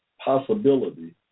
possibility